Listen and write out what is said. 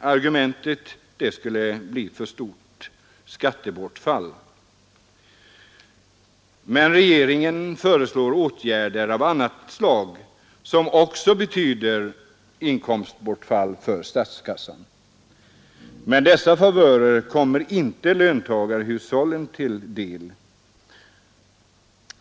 argumentet — att skattebortfallet skulle bli alltför stort. Regeringen föreslår åtgärder av annat slag, som också betyder inkomstbortfall för statskassan, men dessa favörer kommer inte löntagarhushållen till del.